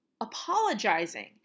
apologizing